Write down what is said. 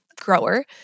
grower